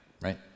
right